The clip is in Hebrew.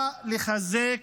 בא לחזק